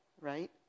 right